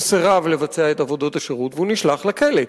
הוא סירב לבצע את עבודות השירות והוא נשלח לכלא.